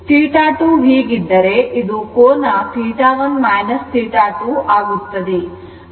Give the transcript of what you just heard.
2 ಹೀಗಿದ್ದರೆಇದು ಕೋನ 1 2 ಆಗುತ್ತದೆ